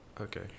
Okay